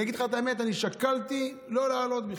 אני אגיד לך את האמת, אני שקלתי לא לעלות בכלל,